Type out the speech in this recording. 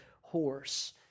horse